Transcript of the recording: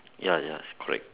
ya ya correct